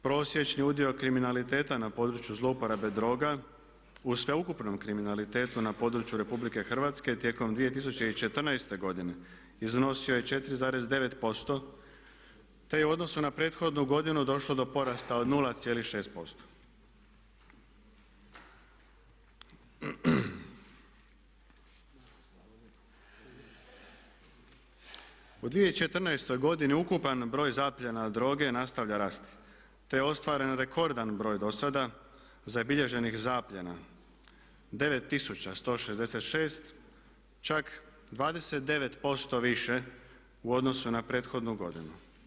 Prosječni udio kriminaliteta na području zlouporabe droga u sveukupnom kriminalitetu na području RH tijekom 2014. godine iznosio je 4,9% te je u odnosu na prethodnu godinu došlo do porasta od 0,6% U 2014. godini ukupan broj zapljena droge nastavlja rasti te je ostvaren rekordan broj do sada zabilježenih zapljena 9166, čak 29% više u odnosu na prethodnu godinu.